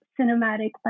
cinematic